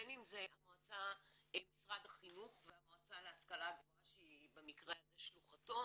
בין אם זה משרד החינוך והמל"ג שהיא במקרה זה שלוחתו,